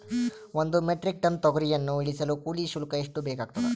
ಒಂದು metric tonne ತೊಗರಿಯನ್ನು ಇಳಿಸಲು ಕೂಲಿ ಶುಲ್ಕ ಎಷ್ಟು ಬೇಕಾಗತದಾ?